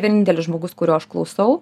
vienintelis žmogus kurio aš klausau